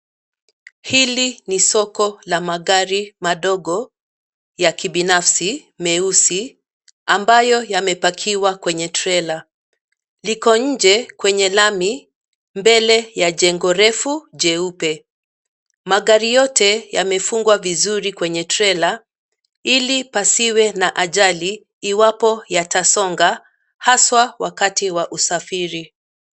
Hili ni soko la magari madogo ya kibinafsi , meusi ambayo yamepakiwa kwenye trela. Liko nje kwenye lami mbele ya jengo refu jeupe. Magari yote yamefungwa vizuri kwenye trela, ili pasiwe na ajali iwapo yatasonga haswa wakati wa usafiri.